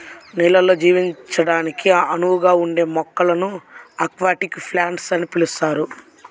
నీళ్ళల్లో జీవించడానికి అనువుగా ఉండే మొక్కలను అక్వాటిక్ ప్లాంట్స్ అని పిలుస్తారు